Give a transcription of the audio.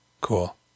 Cool